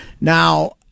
Now